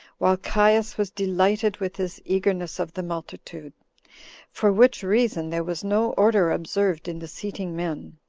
while caius was delighted with this eagerness of the multitude for which reason there was no order observed in the seating men,